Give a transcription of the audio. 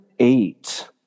eight